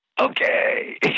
okay